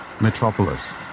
Metropolis